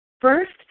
First